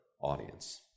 audience